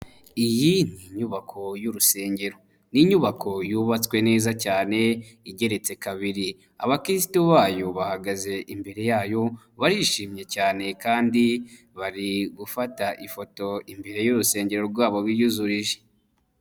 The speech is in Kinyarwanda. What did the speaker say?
Iyi ni nyubako y'urusengero, ni inyubako yubatswe neza cyane igeretse kabiri, abakiritu bayo bahagaze imbere yayo barishimye cyane kandi bari gufata ifoto imbere y'urusengero rwabo biyuzurije.